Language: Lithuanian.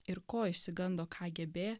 ir ko išsigando kgb